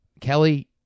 Kelly